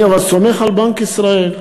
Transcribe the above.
אבל אני סומך על בנק ישראל.